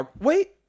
Wait